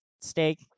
steak